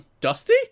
Dusty